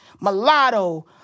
Mulatto